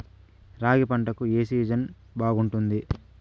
రాగి పంటకు, ఏ సీజన్ బాగుంటుంది?